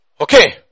Okay